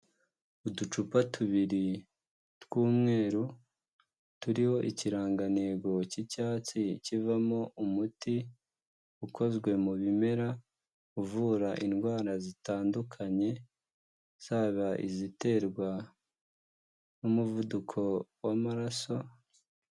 uUducupa tubiri tw'umweru, turiho ikirangantego cy'icyatsi, kivamo umuti ukozwe mu bimera, uvura indwara zitandukanye, zaba iziterwa n'umuvuduko w'amaraso.